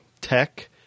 tech